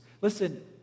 Listen